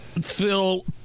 Phil